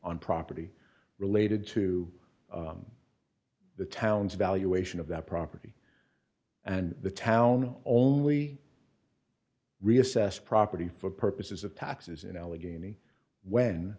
on property related to the town's valuation of that property and the town only reassess property for purposes of taxes in allegheny when